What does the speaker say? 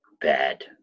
bad